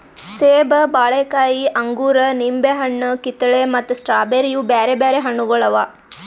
ಸೇಬ, ಬಾಳೆಕಾಯಿ, ಅಂಗೂರ, ನಿಂಬೆ ಹಣ್ಣು, ಕಿತ್ತಳೆ ಮತ್ತ ಸ್ಟ್ರಾಬೇರಿ ಇವು ಬ್ಯಾರೆ ಬ್ಯಾರೆ ಹಣ್ಣುಗೊಳ್ ಅವಾ